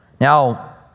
Now